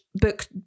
book